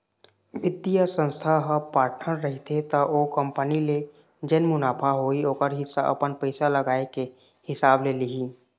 बित्तीय संस्था ह पार्टनर रहिथे त ओ कंपनी ले जेन मुनाफा होही ओखर हिस्सा अपन पइसा लगाए के हिसाब ले लिही